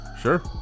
sure